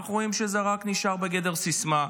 אנחנו רואים שזה נשאר רק בגדר סיסמה.